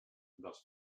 dels